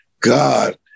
God